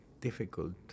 difficult